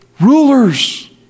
Rulers